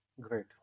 Great